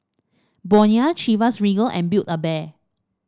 Bonia Chivas Regal and Build A Bear